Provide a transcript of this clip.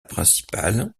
principale